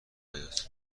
حیاط